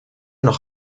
noch